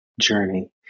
journey